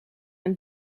een